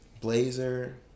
blazer